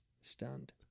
stunned